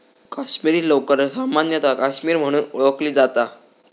काश्मीरी लोकर सामान्यतः काश्मीरी म्हणून ओळखली जाता